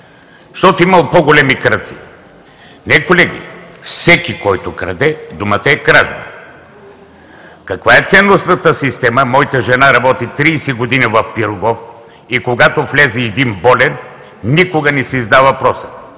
защото имало по-големи крадци. Не, колеги, за всеки, който краде, думата е „кражба“. Каква е ценностната система? Моята жена работи 30 години в „Пирогов“ и когато влезе един болен, никога не си задава въпроса: